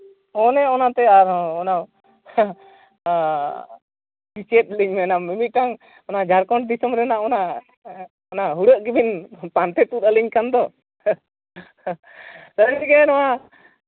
ᱟᱨ ᱦᱮᱸ ᱪᱮᱫ ᱞᱤᱧ ᱢᱮᱱᱟ ᱢᱤᱫᱴᱟᱱ ᱡᱷᱟᱲᱠᱷᱚᱸᱰ ᱫᱤᱥᱚᱢ ᱨᱮᱱᱟᱜ ᱚᱱᱟ ᱚᱱᱟ ᱦᱩᱲᱟᱹᱜ ᱜᱮᱵᱤᱱ ᱯᱟᱱᱛᱮ ᱛᱩᱫ ᱟᱹᱞᱤᱧ ᱠᱟᱱ ᱫᱚ ᱥᱟᱹᱨᱤᱜᱮ ᱱᱚᱣᱟ